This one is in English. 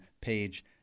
page